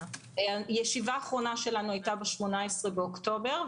הישיבה האחרונה שלנו הייתה ב-18 באוקטובר.